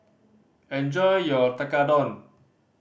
enjoy your Tekkadon